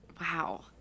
Wow